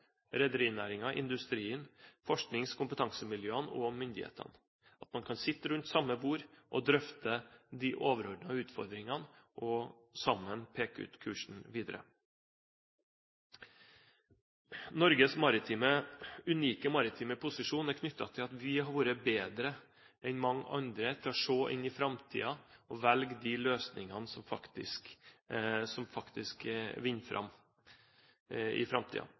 industrien, forsknings- og kompetansemiljøene og myndighetene, at man kan sitte rundt samme bord og drøfte de overordnede utfordringene og sammen peke ut kursen videre. Norges unike maritime posisjon er knyttet til at vi har vært bedre enn mange andre til å se inn i framtiden og velge de løsningene som faktisk vinner fram i